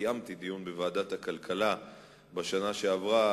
קיימתי דיון בוועדת הכלכלה בשנה שעברה